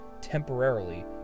temporarily